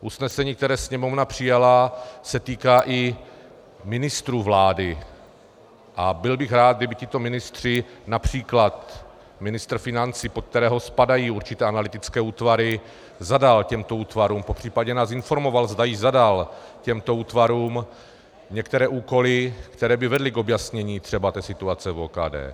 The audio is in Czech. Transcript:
Usnesení, které Sněmovna přijala, se týká i ministrů vlády a byl bych rád, kdyby tito ministři, např. ministr financí, pod kterého spadají určité analytické útvary, zadal těmto útvarům, popř. nás informoval, zda již zadal těmto útvarům některé úkoly, které by vedly třeba k objasnění té situace v OKD.